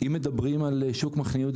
אם מדברים על שוק מחנה יהודה,